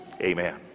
Amen